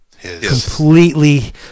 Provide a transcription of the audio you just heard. completely